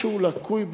משהו לקוי במערכת,